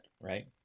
right